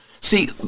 See